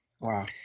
Wow